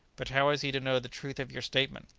but how is he to know the truth of your statement?